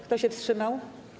Kto się wstrzymał?